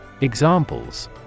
Examples